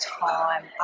time